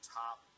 top